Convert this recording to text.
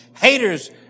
haters